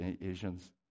Asians